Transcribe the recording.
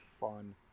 fun